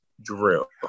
drill